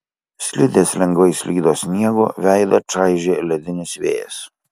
slidės lengvai slydo sniegu veidą čaižė ledinis vėjas